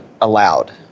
allowed